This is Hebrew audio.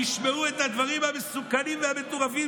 תשמעו את הדברים המסוכנים והמטורפים,